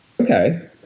Okay